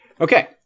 Okay